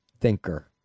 thinker